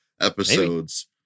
episodes